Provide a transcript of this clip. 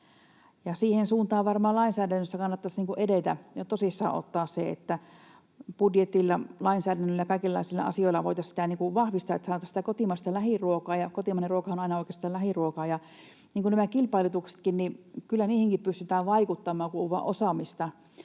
Siihen suuntaan varmaan lainsäädännössä kannattaisi edetä ja tosissaan ottaa se, että budjetilla, lainsäädännöllä, kaikenlaisilla asioilla voitaisiin sitä vahvistaa, että saataisiin kotimaista lähiruokaa — kotimainen ruokahan on oikeastaan aina lähiruokaa. Kyllä näihin kilpailutuksiinkin pystytään vaikuttamaan,